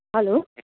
hello